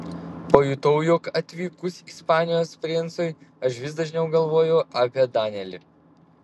pajutau jog atvykus ispanijos princui aš vis dažniau galvoju apie danielį